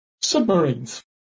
submarines